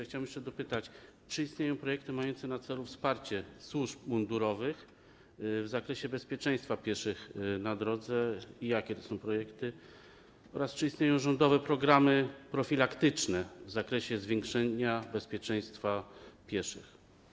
Chciałem jeszcze dopytać, czy istnieją projekty mające na celu wsparcie służb mundurowych w zakresie bezpieczeństwa pieszych na drodze i jakie to są projekty oraz czy istnieją rządowe programy profilaktyczne w zakresie zwiększenia bezpieczeństwa pieszych?